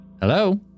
Hello